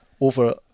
over